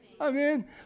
Amen